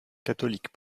catholique